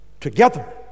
together